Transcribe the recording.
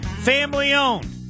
Family-owned